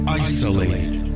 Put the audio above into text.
isolated